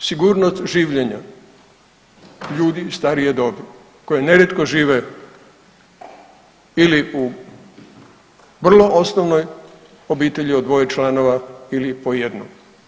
sigurnost življenja ljudi starije dobi, koji nerijetko žive ili u vrlo osnovnoj obitelji od dvoje članova ili po jedno.